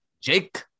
jake